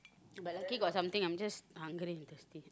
but lucky got something I'm just hungry thirsty